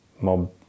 mob